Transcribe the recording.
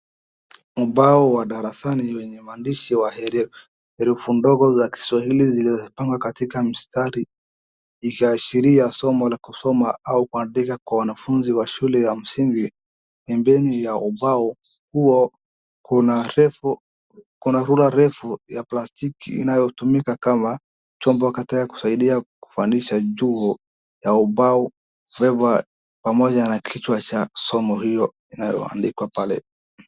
Ubao wa darasani wenye maandishi wa herufi ndogo za kiswahili zilizopangwa katika mstari, ikiashiria somo La kusoma au kuandika kwa wanafunzi wa shule ya msingi, pembeni ya ubao huo kuna cs[ruler]cs refu ya plastiki inayotumika kama chombo katika kusaidia kufanyisha juu ya ubao pamoja na kichwa cha somo hilo iliyoandikwa pale.